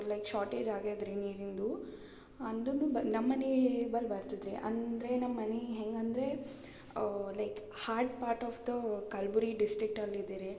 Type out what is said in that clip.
like shortage ಆಗೈತೆ ರೀ ನೀರಿಂದು ಅಂದರೂನು ಬ್ ನಮ್ಮನೇಲಿ ಬರ್ತದೆ ರೀ ಅಂದರೆ ನಮ್ಮನೆ ಹೇಗಂದ್ರೆ like heart part of the Kalburgi district ಅಲ್ಲಿದೆ ರೀ